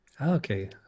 okay